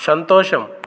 సంతోషం